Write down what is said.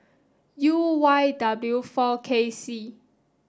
U Y W four K C